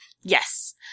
Yes